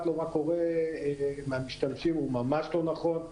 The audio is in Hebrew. לו מה קורה עם המשתמשים הוא ממש לא נכון,